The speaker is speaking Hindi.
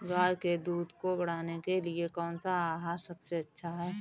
गाय के दूध को बढ़ाने के लिए कौनसा आहार सबसे अच्छा है?